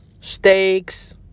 steaks